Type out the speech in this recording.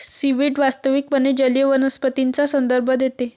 seaweed वास्तविकपणे जलीय वनस्पतींचा संदर्भ देते